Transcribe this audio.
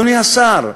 אדוני השר,